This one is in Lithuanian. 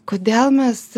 kodėl mes